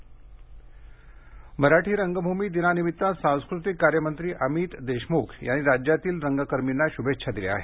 मराठीरंगभमी दिन मराठी रंगभूमी दिनानिमित्त सांस्कृतिक कार्य मंत्री अमित देशमुख यांनी राज्यातील रंगकर्मीना शुभेच्छा दिल्या आहेत